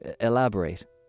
elaborate